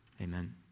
Amen